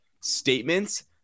statements